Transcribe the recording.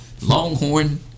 Longhorn